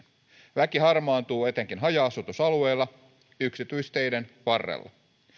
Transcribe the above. väki harmaantuu etenkin haja asutusalueilla yksityisteiden varrella